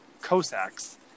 Cossacks